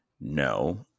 no